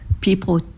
people